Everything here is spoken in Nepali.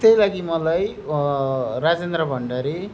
त्यही लागि मलाई राजेन्द्र भण्डारी